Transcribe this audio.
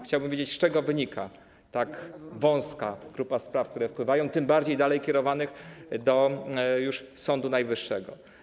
Chciałbym wiedzieć, z czego wynika tak wąska grupa spraw, które wpływają, tym bardziej tych kierowanych dalej, już do Sądu Najwyższego.